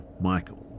Michael